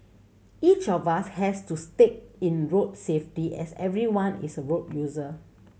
each of us has to stake in road safety as everyone is a road user